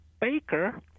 Baker